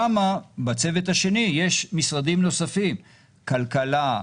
שם, בצוות השני, יש משרדים נוספים: כלכלה,